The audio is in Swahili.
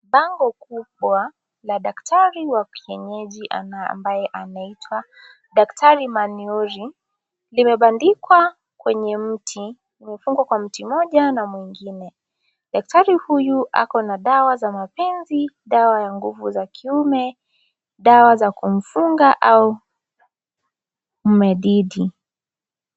Bango kubwa la daktari wa kienyeji ambaye anaitwa daktari Manyori, limebandikwa kwenye mti imefungwa kwa mti moja na mwingine daktari huyu ako na dawa za mapenzi dawa ya nguvu za kiume, dawa za kumfunga au kume dhidi.